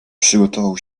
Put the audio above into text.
przygotował